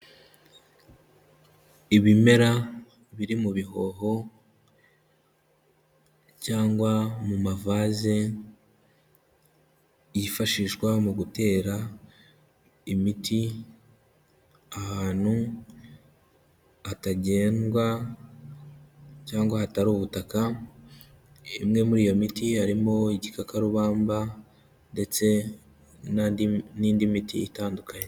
Ibimera biri mu bihoho cyangwa mu mavaze, yifashishwa mu gutera imiti ahantu hatagendwa cyangwa hatari ubutaka, imwe muri iyo miti harimo igikakarubamba ndetse n'indi miti itandukanye.